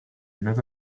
not